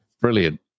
Brilliant